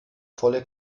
volle